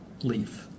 leave